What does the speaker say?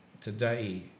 today